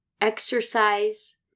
exercise